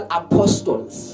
apostles